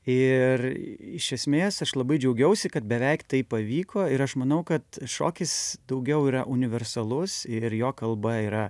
ir iš esmės aš labai džiaugiausi kad beveik tai pavyko ir aš manau kad šokis daugiau yra universalus ir jo kalba yra